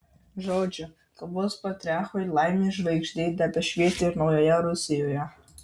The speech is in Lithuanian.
žodžiu kalbos patriarchui laimės žvaigždė tebešvietė ir naujoje rusijoje